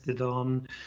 on